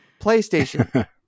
PlayStation